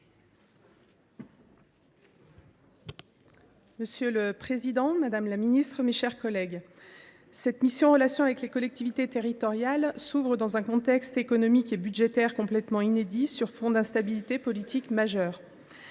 Monsieur le président, madame la ministre, mes chers collègues, l’examen de la mission « Relations avec les collectivités territoriales » s’ouvre dans un contexte économique et budgétaire complètement inédit, sur fond d’instabilité politique majeure.